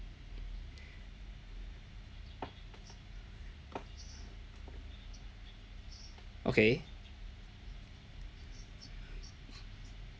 okay